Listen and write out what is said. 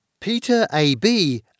peterab